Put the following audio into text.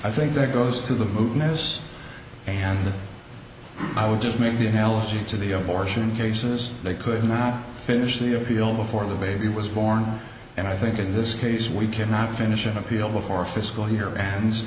i think that goes to the move notice and i would just make the analogy to the abortion cases they could not finish the appeal before the baby was born and i think in this case we cannot finish an appeal before fiscal here and